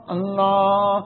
Allah